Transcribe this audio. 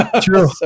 True